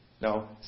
No